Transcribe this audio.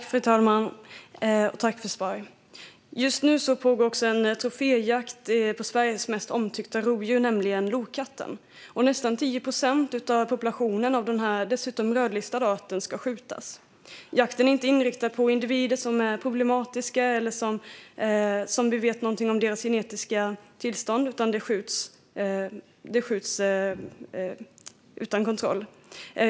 Fru talman! Tack, statsrådet, för svaret! Just nu pågår också en troféjakt på Sveriges mest omtyckta rovdjur, nämligen lokatten. Nästan 10 procent av populationen av den här dessutom rödlistade arten ska skjutas. Jakten är inte inriktad på individer som är problematiska eller vars genetiska tillstånd vi vet någonting om, utan det skjuts utan kontroll.